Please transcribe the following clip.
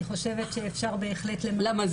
אני חושבת שאפשר בהחלט --- למה,